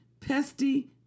pesty